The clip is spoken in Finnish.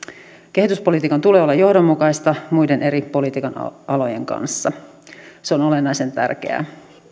kehityspolitiikan tulee olla johdonmukaista muiden eri politiikan alojen kanssa se on olennaisen tärkeää